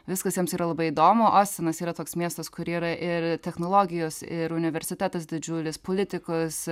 viskas jiems yra labai įdomu ostinas yra toks miestas kur yra ir technologijos ir universitetas didžiulis politikos